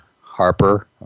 Harper